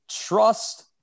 trust